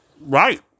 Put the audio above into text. Right